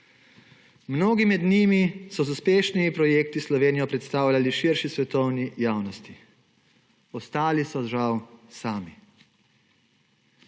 Mnogi med njimi so z uspešnimi projekti Slovenijo predstavljali širši svetovni javnosti. Ostali so žal sami.